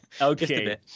Okay